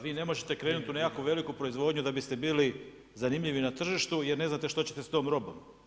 Vi ne možete krenuti u nekakvu veliku proizvodnju da biste bili zanimljivi na tržištu jer ne znate što ćete s tom robom.